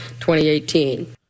2018